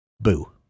Boo